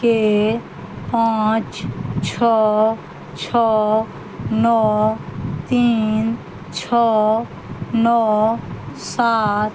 के पाँच छओ छओ नओ तीन छओ नओ सात